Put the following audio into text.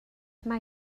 mae